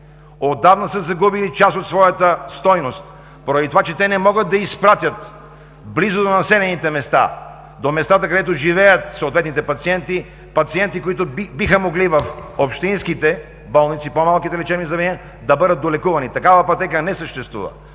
отдавна са загубили част от своята стойност, поради това че не могат да изпратят близо до населените места, до местата, където живеят съответните пациенти, пациенти, които биха могли в общинските болници, по-малките лечебни заведения, да бъдат долекувани. Такава пътека не съществува.